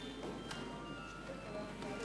זה הנאום הראשון